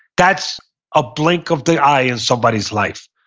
that's a blink of the eye in somebody's life,